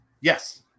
yes